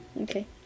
Okay